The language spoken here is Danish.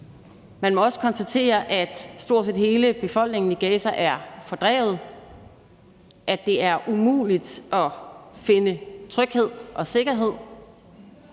Man må også konstatere, at stort set hele befolkningen i Gaza er fordrevet, at det er umuligt at finde tryghed og sikkerhed,